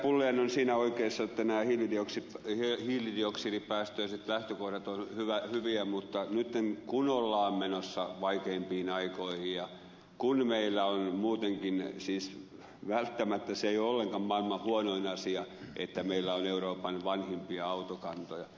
pulliainen on siinä oikeassa että nämä hiilidioksidipäästöiset lähtökohdat ovat hyviä mutta nyt kun ollaan menossa vaikeimpiin aikoihin ja muutenkin siis välttämättä se ei ole ollenkaan maailman huonoin asia että meillä on euroopan vanhimpia autokantoja